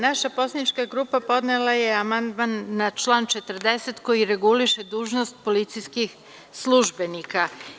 Naša poslanička grupa podnela je amandman na član 40. koji reguliše dužnost policijskih službenika.